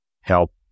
help